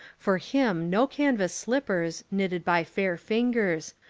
for him no canvas slippers, knitted by fair fingers,